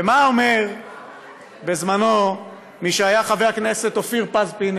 מה אומר, בזמנו, מי שהיה חבר כנסת, אופיר פינס-פז?